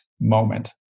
moment